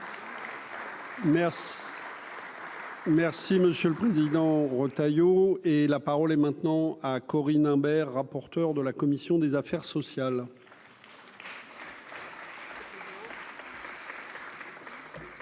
Merci monsieur le Président Retailleau et la parole est maintenant à Corinne Imbert, rapporteure de la commission des affaires sociales.